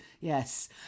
Yes